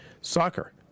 soccer